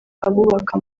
abubaka